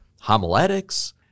homiletics